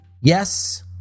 Yes